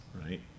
right